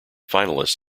finalists